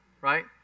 Right